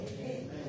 Amen